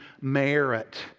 merit